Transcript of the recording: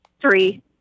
three